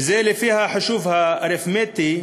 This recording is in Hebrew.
וזה לפי החישוב האריתמטי.